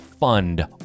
Fund